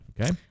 Okay